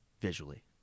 visually